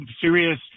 serious